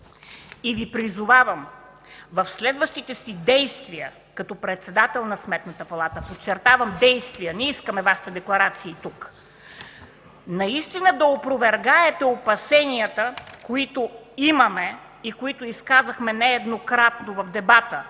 и Ви призовавам в следващите си действия като председател на Сметната палата, подчертавам – действия, не искаме Вашите декларации тук, наистина да опровергаете опасенията, които имаме и които изказахме нееднократно в дебата